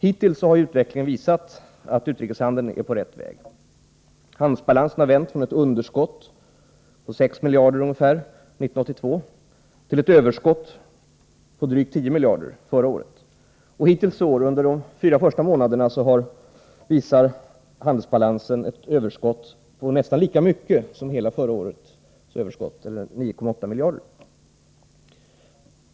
Hittills har utvecklingen visat att vi när det gäller utrikeshandeln är på rätt väg. Utvecklingen i fråga om handelsbalansen har vänts, från ett underskott på ungefär 6 miljarder år 1982 till ett överskott på drygt 10 miljarder förra året. För de fyra första månaderna i år visar handelsbalansen på ett nästan lika stort överskott som hela förra årets överskott, eller 9,8 miljarder.